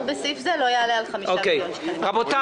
בסעיף זה לא יעלה על חמישה מיליון שקלים חדשים."